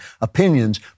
opinions